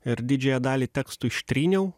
ir didžiąją dalį tekstų ištryniau